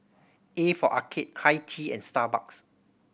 A for Arcade Hi Tea and Starbucks